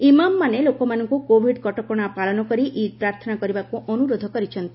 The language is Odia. ଇମାମ୍ମାନେ ଲୋକମାନଙ୍କୁ କୋଭିଡ କଟକଣା ପାଳନ କରି ଇଦ୍ ପ୍ରାର୍ଥନା କରିବାକୁ ଅନୁରୋଧ କରିଛନ୍ତି